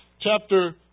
Chapter